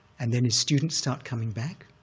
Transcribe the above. and then his students start coming back,